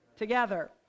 together